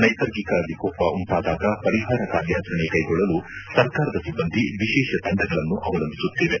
ನೈಸರ್ಗಿಕ ವಿಕೋಪ ಉಂಟಾದಾಗ ಪರಿಹಾರ ಕಾರ್ಯಾಚರಣೆ ಕೈಗೊಳ್ಳಲು ಸರ್ಕಾರದ ಸಿಬ್ಬಂದಿ ವಿಶೇಷ ತಂಡಗಳನ್ನು ಅವಲಂಬಿಸುತ್ತೇವೆ